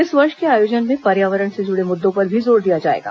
इस वर्ष के आयोजन में पर्यावरण से जुड़े मुद्दों पर भी जोर दिया जाएगा